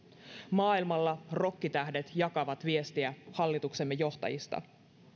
maailmalla rokkitähdet jakavat viestiä hallituksemme johtajista